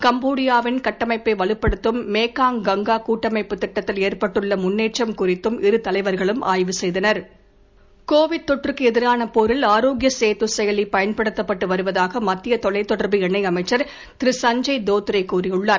கம்போடியாவின் கட்டமைப்பை வலுப்படுத்தும் மேகாங் கங்கா கூட்டமைப்பு திட்டத்தில் ஏற்பட்டுள்ள முள்னேற்றம் குறித்து இரு தலைவர்களும் ஆய்வு செய்தனர் கோவிட் தொற்றுக்கு எதிரான போரில் ஆரோக்கிய சேது செயலி பயன்படுத்தப்பட்டு வருவதாக மத்திய தொலைத்தொடர்பு இணை அமைச்சர் திரு சஞ்சய் தோத்ரே கூறியுள்ளார்